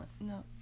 no